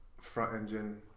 front-engine